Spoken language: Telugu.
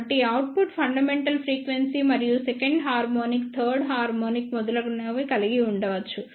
కాబట్టి అవుట్పుట్ ఫండమెంటల్ ఫ్రీక్వెన్సీ మరియు సెకండ్ హార్మోనిక్ థర్డ్ హార్మోనిక్ మొదలగునవి కలిగి ఉండవచ్చు